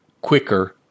quicker